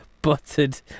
Buttered